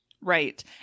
Right